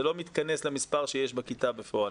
זה לא מתכנס למספר שיש בכיתה בפועל.